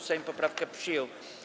Sejm poprawkę przyjął.